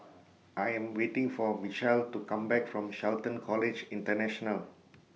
I Am waiting For Mychal to Come Back from Shelton College International